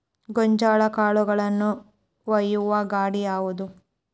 ಗೋಂಜಾಳ ಕಾಳುಗಳನ್ನು ಒಯ್ಯುವ ಗಾಡಿ ಯಾವದು?